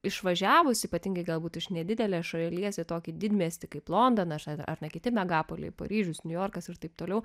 išvažiavus ypatingai galbūt iš nedidelės šalies į tokį didmiestį kaip londonas ar kiti megalopoliai paryžius niujorkas ir taip toliau